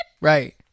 Right